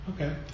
Okay